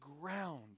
ground